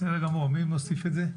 בסדר גמור, מי מוסיף את זה?